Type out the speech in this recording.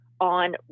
on